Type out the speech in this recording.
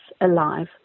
alive